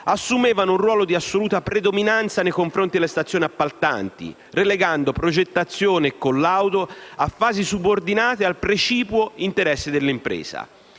assumevano un ruolo di assoluta predominanza nei confronti delle stazioni appaltanti relegando progettazione e collaudo a fasi subordinate al precipuo interesse dell'impresa.